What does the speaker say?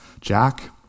Jack